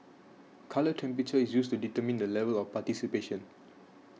colour temperature is used to determine the level of participation